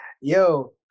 Yo